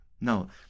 No